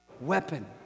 weapon